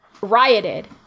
rioted